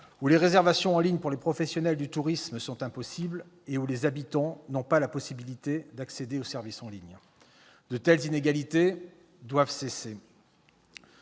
où les réservations en ligne pour les professionnels du tourisme sont impossibles et où les habitants n'ont pas accès aux services en ligne. De telles inégalités doivent cesser.